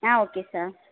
ah okay sir